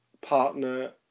partner